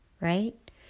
right